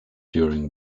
during